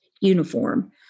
uniform